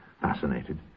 fascinated